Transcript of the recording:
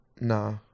nah